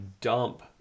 dump